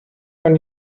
kann